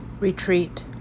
Retreat